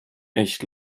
echt